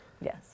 yes